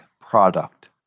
product